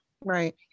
Right